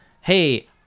hey